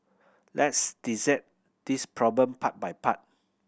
let's this problem part by part